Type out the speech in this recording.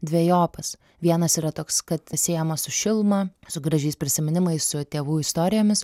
dvejopas vienas yra toks kad siejamas su šiluma su gražiais prisiminimais su tėvų istorijomis